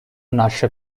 nasce